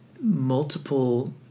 Multiple